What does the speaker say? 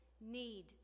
need